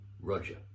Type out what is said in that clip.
Roger